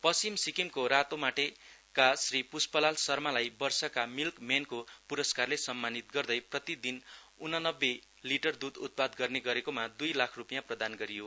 पश्चिम सिक्किमको रातोमाटेका श्री पुष्पलाल शर्मालाई वर्षका मिल्क म्यानको पुरस्कारले सम्मानित गर्दै प्रति दिन उननब्बे लिटर दुध उत्पादन गर्ने गरेकोमा दुई लाख रुपियाँ प्रदान गरियो